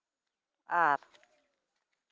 ᱟᱨ